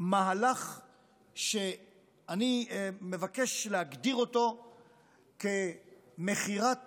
מהלך שאני מבקש להגדיר אותו כמכירת